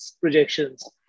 projections